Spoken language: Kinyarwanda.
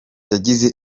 yagize